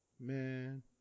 man